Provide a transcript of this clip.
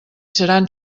seran